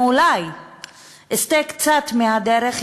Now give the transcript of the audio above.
אם אולי אסטה קצת מהדרך,